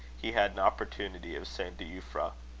he had an opportunity of saying to euphra